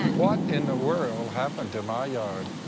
what in the world happened to my yard?